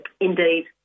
indeed